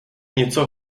něco